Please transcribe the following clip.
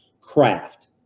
craft